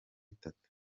itatu